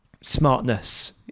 smartness